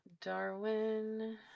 Darwin